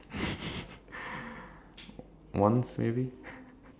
oh since talking about nerf gun pellets what about like